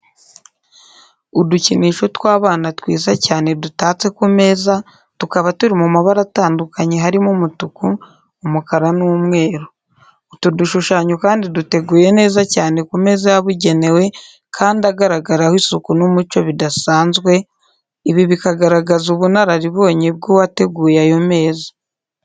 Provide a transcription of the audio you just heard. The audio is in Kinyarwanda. Udukinisho tw'abana twiza cyane dutatse ku meza, tukaba turi mu mabara atandukanye harimo umutuku, umukara n'umweru. Utu dushushanyo kandi duteguye neza cyane ku meza yabugenewe kandi agaragaraho isuku n'umucyo bidasanzwe, ibi bikagaragaza ubunararibonye bw'uwateguye ayo meza.